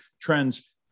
trends